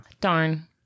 Darn